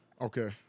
okay